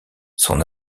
son